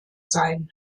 sein